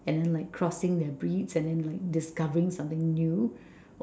and then like crossing their breeds and then discovering something new